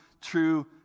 true